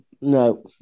No